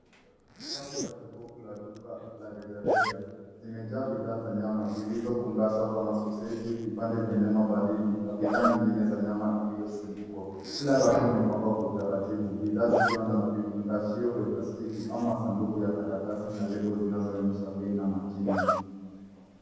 Safu la jokofu la duka la rejareja zimejaa bidhaa za nyama zilizofungashwa kwa masoseji, vipande vya nyama baridi na bidhaa nyingine za nyama iliyosindikwa . Kila rafu imepangwa kwa utaratibu bidhaa zikiwa na vifungashio vya plastiki au masanduku ya karatasi na lebo zinazoonyesha bei na majina.